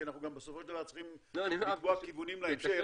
כי אנחנו בסופו של דבר צריכים לקבוע כיוונים להמשך.